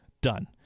Done